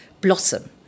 blossom